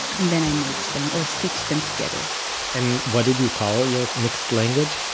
and then i merged them, or stitched them together and what did you call your mixed language?